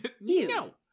No